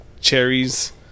cherries